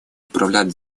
управлять